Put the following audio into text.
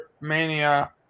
Mania